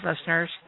listeners